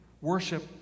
worship